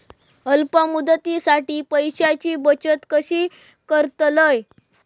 अल्प मुदतीसाठी पैशांची बचत कशी करतलव?